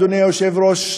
אדוני היושב-ראש,